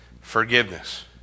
forgiveness